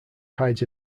hides